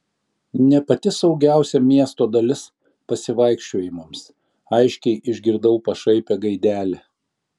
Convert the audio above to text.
ne pati saugiausia miesto dalis pasivaikščiojimams aiškiai išgirdau pašaipią gaidelę